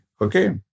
okay